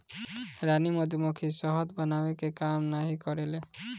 रानी मधुमक्खी शहद बनावे के काम नाही करेले